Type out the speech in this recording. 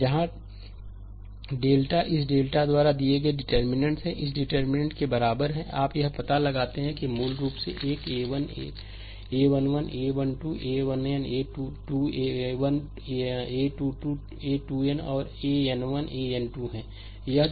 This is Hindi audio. स्लाइड समय देखें 0725 जहां डेल्टा इस डेल्टा द्वारा दिए गए डिटर्मिननेंट् हैं इस डिटर्मिननेंट् के बराबर हैं आप यह पता लगाते हैं कि यह मूल रूप से एक a1 1 a1 2 a1n 2a1 a 2 2 a2n और an1an2 है